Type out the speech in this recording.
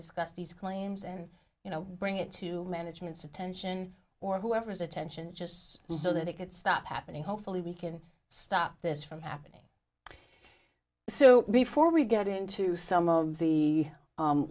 discuss these claims and you know bring it to management's attention or whoever's attention just so that it could stop happening hopefully we can stop this from happening so before we get into some of the